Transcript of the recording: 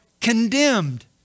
condemned